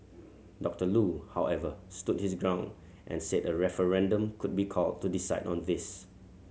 Doctor Loo however stood his ground and said a referendum could be called to decide on this